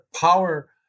power